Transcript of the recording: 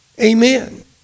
Amen